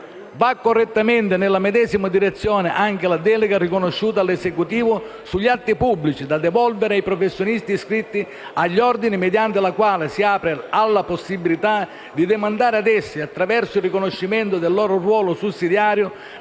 Va correttamente nella medesima direzione anche la delega riconosciuta all'Esecutivo sugli atti pubblici da devolvere ai professionisti iscritti agli ordini, mediante la quale si apre alla possibilità di demandare a essi, attraverso il riconoscimento del loro ruolo sussidiario,